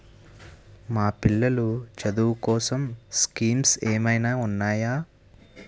మా పిల్లలు చదువు కోసం స్కీమ్స్ ఏమైనా ఉన్నాయా?